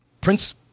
Prince